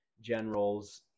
generals